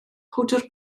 powdr